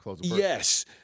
yes